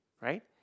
Right